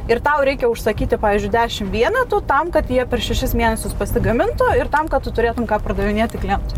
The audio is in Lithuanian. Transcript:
ir tau reikia užsakyti pavyzdžiui dešim vienetų tam kad jie per šešis mėnesius pasigamintų ir tam kad tu turėtum ką pardavinėti klientui